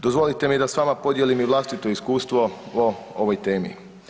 Dozvolite mi da s vama podijelim i vlastito iskustvo o ovoj temi.